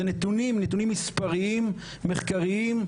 אלה נתונים, נתונים מספריים מחקריים.